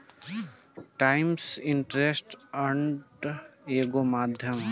times interest earned एगो माध्यम ह